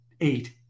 eight